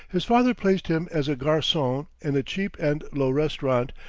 his father placed him as a garcon in a cheap and low restaurant,